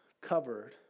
covered